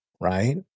right